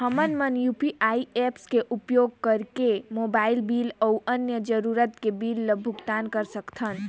हमन मन UPI apps के उपयोग करिके मोबाइल बिल अऊ अन्य जरूरत के बिल ल भुगतान कर सकथन